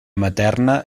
materna